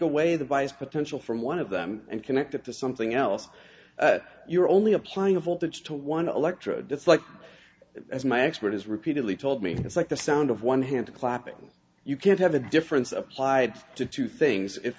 away the bias potential from one of them and connect it to something else you're only applying a voltage to one electrode dislike as my expert has repeatedly told me it's like the sound of one hand clapping you can't have a difference applied to two things i